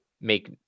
make